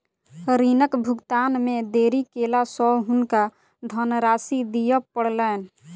ऋणक भुगतान मे देरी केला सॅ हुनका धनराशि दिअ पड़लैन